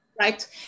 right